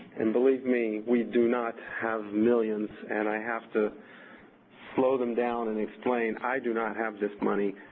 and believe me, we do not have millions, and i have to slow them down and explain, i do not have this money,